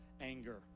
anger